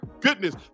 goodness